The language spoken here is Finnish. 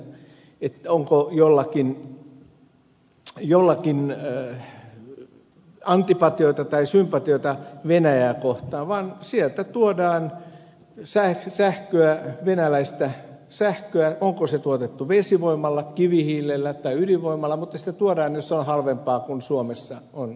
kysymys ei ole siitä onko jollakin antipatioita tai sympatioita venäjää kohtaan vaan siitä että sieltä tuodaan sähköä venäläistä sähköä onko se tuotettu vesivoimalla kivihiilellä tai ydinvoimalla mutta sitä tuodaan jos se on halvempaa kuin suomessa on sähkön hinta